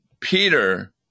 Peter